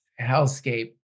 hellscape